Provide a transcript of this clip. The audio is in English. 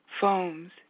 phones